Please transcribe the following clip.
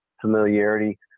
familiarity